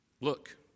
Look